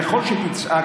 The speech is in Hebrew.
ככל שתצעק,